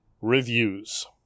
reviews